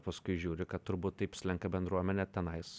paskui žiūri kad turbūt taip slenka bendruomenė tenais